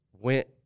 went